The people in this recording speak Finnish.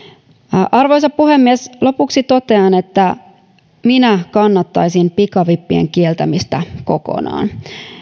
arvoisa puhemies lopuksi totean että minä kannattaisin pikavippien kieltämistä kokonaan